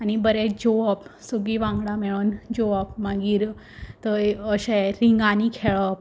आनी बरें जेवप सगळीं वांगडा मेळोन जोवप मागीर थंय अशें रिंगानी खेळप